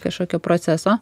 kažkokio proceso